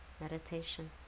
meditation